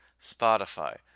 Spotify